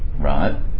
Right